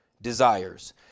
desires